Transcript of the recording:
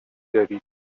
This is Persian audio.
دارید